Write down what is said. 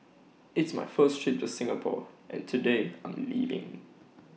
it's my first trip to Singapore and today I'm leaving